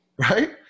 right